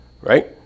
Right